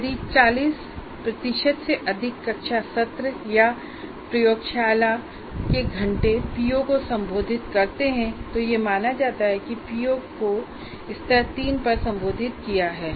यदि ४० से अधिक कक्षा सत्र या प्रयोगशाला के घंटे पीओ को संबोधित करते हैं तो यह माना जाता है कि पीओ को स्तर ३ पर संबोधित किया जाता है